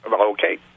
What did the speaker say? Okay